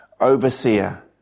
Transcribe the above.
overseer